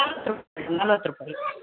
ನಲ್ವತ್ತು ರೂಪಾಯಿ ನಲ್ವತ್ತು ರೂಪಾಯಿ